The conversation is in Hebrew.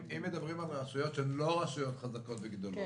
אם מדברים על רשויות שהן לא חזקות וגדולות